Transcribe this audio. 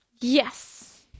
Yes